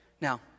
Now